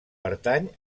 pertany